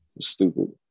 Stupid